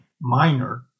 minor